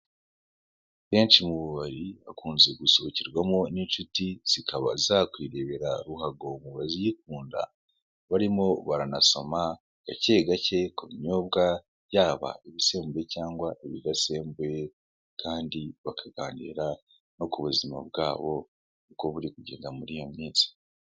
Henshi mu mubari hakunze gusohokerwamo n'inshuti, zikaba zakwirebera ruhago mu bazikunda, barimo baranasoma gake gake ku binyobwa, yaba ibisembuye cyangwa ibidasembuye, kandi bakaganira no ku buzima bwabo, uko buri kugenda muri iyo minsi.